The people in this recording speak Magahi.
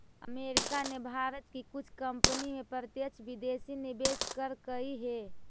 अमेरिका ने भारत की कुछ कंपनी में प्रत्यक्ष विदेशी निवेश करकई हे